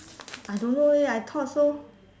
I don't know leh I thought so